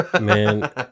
man